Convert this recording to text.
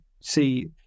see